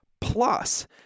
Plus